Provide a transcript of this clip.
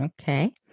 Okay